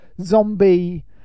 zombie